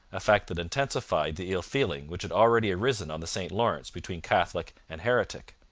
a fact that intensified the ill-feeling which had already arisen on the st lawrence between catholic and heretic.